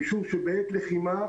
משום שבעת לחימה,